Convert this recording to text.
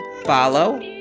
follow